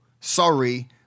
Sorry